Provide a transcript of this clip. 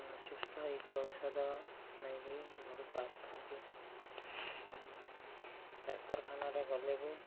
ସୁସ୍ଥ ହେଇକି ଔଷଧ ନେଇକି ଘରକୁ ଆସିଥାନ୍ତି ଡାକ୍ତରଖାନାରେ ଗଲେ ବି